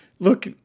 Look